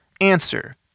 Answer